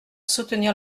soutenir